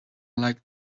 like